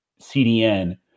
CDN